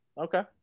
Okay